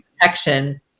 protection